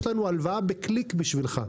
יש לנו הלוואה בקליק בשבילך.